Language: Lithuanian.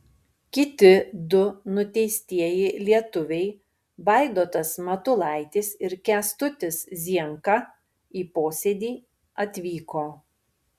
kiti du nuteistieji lietuviai vaidotas matulaitis ir kęstutis zienka į posėdį atvyko